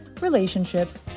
relationships